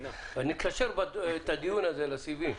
אני אקשר את הדיון הזה לסיבים.